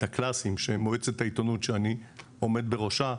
הקלאסיים שמועצת העיתונות שאני עומד בראשה